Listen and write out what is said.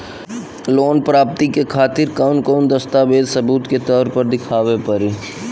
Loan प्राप्ति के खातिर कौन कौन दस्तावेज सबूत के तौर पर देखावे परी?